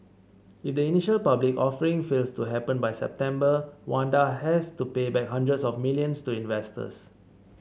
if the initial public offering fails to happen by September Wanda has to pay back hundreds of millions to investors